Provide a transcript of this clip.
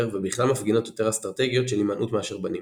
ובכלל מפגינות יותר אסטרטגיות של הימנעות מאשר בנים.